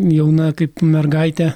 jauna kaip mergaitė